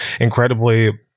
incredibly